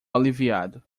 aliviado